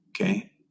Okay